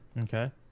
Okay